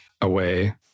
away